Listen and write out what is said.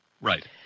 Right